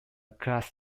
class